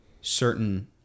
certain